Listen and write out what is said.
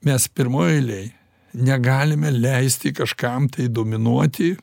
mes pirmoj eilėj negalime leisti kažkam tai dominuoti